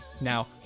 Now